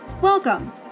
Welcome